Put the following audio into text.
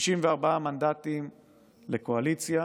64 מנדטים לקואליציה